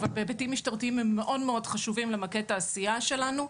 אבל בהיבטים המשטרתיים הם מאוד חשובים למקד את העשייה שלנו.